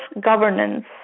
governance